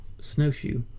Snowshoe